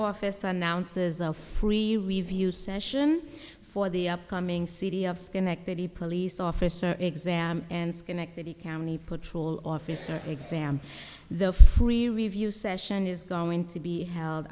office announces a free review session for the upcoming city of schenectady police officer exam and schenectady county patrol officer exam the free review session is going to be held